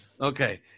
Okay